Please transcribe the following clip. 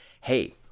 Hey